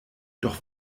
doch